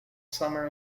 summer